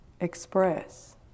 express